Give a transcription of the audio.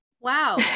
Wow